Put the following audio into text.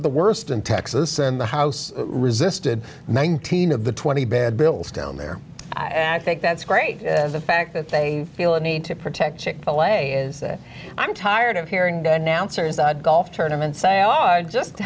the worst in texas and the house resisted nineteen of the twenty bad bills down there i think that's great and the fact that they feel a need to protect chick fil a is that i'm tired of hearing the announcers golf tournaments say oh i just